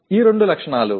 எனவே இவை இரண்டு பண்புகள்